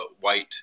white